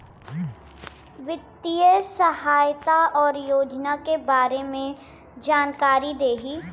वित्तीय सहायता और योजना के बारे में जानकारी देही?